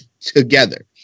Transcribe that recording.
together